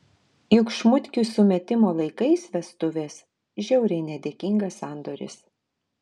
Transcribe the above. juk šmutkių sumetimo laikais vestuvės žiauriai nedėkingas sandoris